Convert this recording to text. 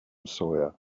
sawyer